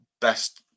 best